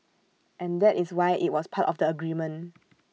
and that is why IT was part of the agreement